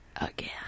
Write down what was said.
Again